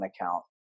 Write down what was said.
account